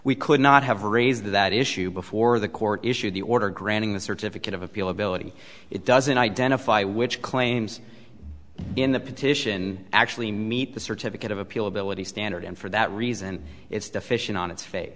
we could not have raised that issue before the court issued the order granting the certificate of appeal ability it doesn't identify which claims in the petition actually meet the certificate of appeal ability standard and for that reason it's deficient on its face